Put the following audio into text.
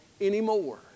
anymore